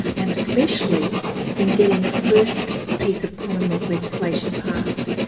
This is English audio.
and especially in getting the first piece of commonwealth legislation passed,